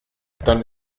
dann